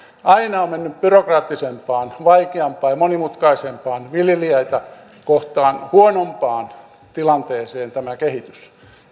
kehitys on mennyt byrokraattisempaan vaikeampaan ja monimutkaisempaan viljelijöitä kohtaan huonompaan tilanteeseen